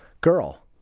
girl